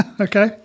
Okay